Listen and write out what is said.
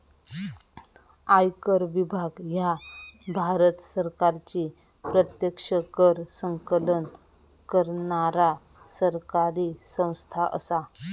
आयकर विभाग ह्या भारत सरकारची प्रत्यक्ष कर संकलन करणारा सरकारी संस्था असा